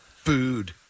Food